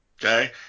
okay